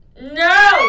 No